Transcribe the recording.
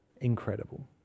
incredible